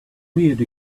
reared